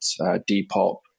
Depop